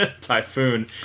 Typhoon